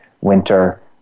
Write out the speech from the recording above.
Winter